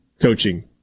coaching